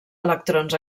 electrons